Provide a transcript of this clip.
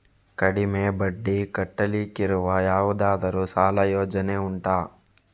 ಕಡಿಮೆ ಬಡ್ಡಿ ಕಟ್ಟಲಿಕ್ಕಿರುವ ಯಾವುದಾದರೂ ಸಾಲ ಯೋಜನೆ ಉಂಟಾ